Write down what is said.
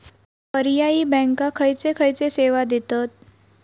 पर्यायी बँका खयचे खयचे सेवा देतत?